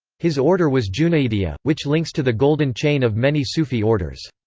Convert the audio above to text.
his order was junaidia, which links to the golden chain of many sufi orders.